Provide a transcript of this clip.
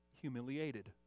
humiliated